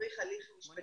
מצריך הליך משפטי.